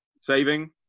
Saving